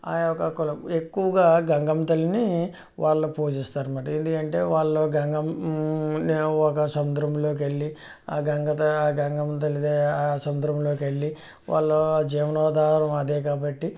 ఆ యొక్క కులం ఎక్కువగా గంగమ్మ తల్లిని వాళ్ళు పూజిస్తారన్నమాట ఎందుకంటే వాళ్ళు గంగమ్మ ఒక సముద్రంలోకి వెళ్ళి ఆ గంగ తా ఆ గంగమ్మ తల్లి సముద్రంలోకి వెళ్ళి వాళ్ళ జీవనోధారం అదే కాబట్టి